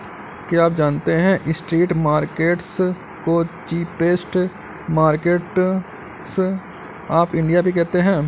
क्या आप जानते है स्ट्रीट मार्केट्स को चीपेस्ट मार्केट्स ऑफ इंडिया भी कहते है?